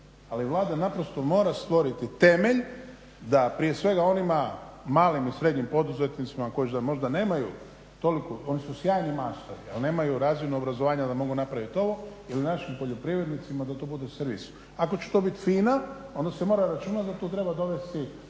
ali Vlada naprosto mora stvoriti temelj da prije svega onima malim i srednjim poduzetnicima koji možda nemaju toliko, oni su sjajni majstori ali nemaju razinu obrazovanja da mogu napraviti ovo ili našim poljoprivrednicima da to bude servis. Ako će to biti FINA onda se mora računati da tu treba dovesti